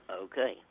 Okay